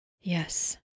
Yes